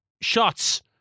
shots